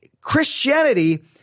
Christianity